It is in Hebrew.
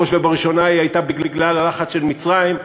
בראש ובראשונה היא הייתה בגלל הלחץ של מצרים,